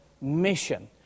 mission